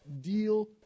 Deal